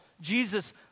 Jesus